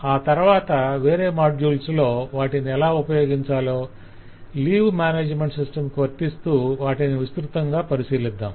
ఆ తరవాత వేరే మాడ్యూల్స్ లో - వాటిని ఎలా ఉపయోగించాలో లీవ్ మ్యానేజ్మెంట్ సిస్టమ్ కు వర్తిస్తూ వాటిని విస్తృతంగా పరిశీలిద్దాం